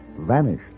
vanished